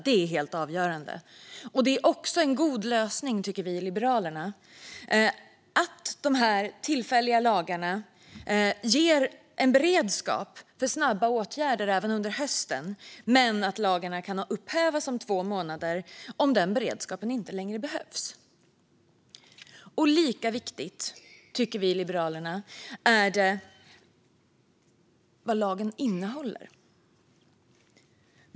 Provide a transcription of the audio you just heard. Det är helt avgörande. Det är också en god lösning, tycker vi i Liberalerna, att de tillfälliga lagarna ger en beredskap för snabba åtgärder även under hösten men att lagarna kan upphävas om två månader om den beredskapen inte längre behövs. Vi i Liberalerna tycker att det är lika viktigt vad lagen innehåller.